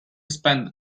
spend